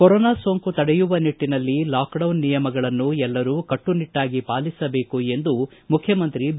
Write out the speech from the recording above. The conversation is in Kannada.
ಕೊರೊನಾ ಸೋಂಕು ತಡೆಯುವ ನಿಟ್ಟನಲ್ಲಿ ಲಾಕ್ಡೌನ್ ನಿಯಮಗಳನ್ನು ಎಲ್ಲರೂ ಕಟ್ಟುನಿಟ್ಲಾಗಿ ಪಾಲಿಸಬೇಕು ಎಂದು ಮುಖ್ಯಮಂತ್ರಿ ಬಿ